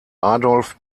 adolf